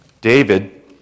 David